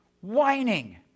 whining